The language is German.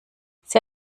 sie